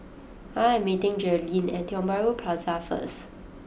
I am meeting Jerilynn at Tiong Bahru Plaza first